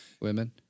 women